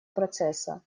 процесса